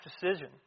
decision